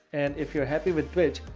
and if you're happy with twitch,